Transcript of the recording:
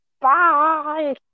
Bye